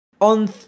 On